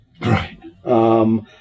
Right